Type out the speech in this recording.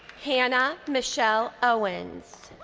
hannah michelle owens.